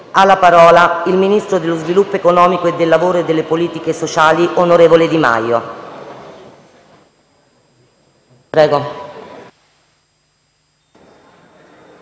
di parlare il ministro dello sviluppo economico e del lavoro e delle politiche sociali, onorevole Di Maio. [DI